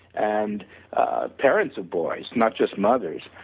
and parents of boys not just mothers,